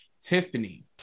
Tiffany